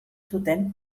zuten